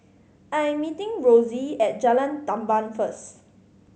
I'm meeting Rossie at Jalan Tamban first